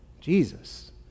Jesus